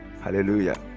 hallelujah